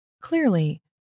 Clearly